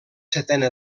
setena